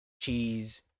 cheese